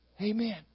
Amen